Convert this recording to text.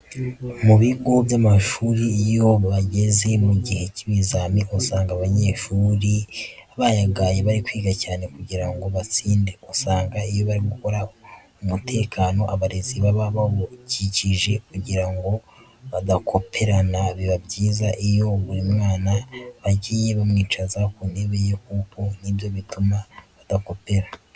Mu bigo by'amashuri iyo bageze mu gihe cy'ibizamini usanga abanyeshuri bayagaye bari kwiga cyane kugira ngo batsinde, usanga iyo bari gukora umutekano abarezi baba bawukajije kugira ngo badakoperana, biba byiza iyo buri mwana bagiye bamwicaza ku ntebe ye kuko nibyo bituma badakopera.